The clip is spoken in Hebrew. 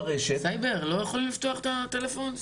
סייבר לא יכולים לפתוח את הטלפון?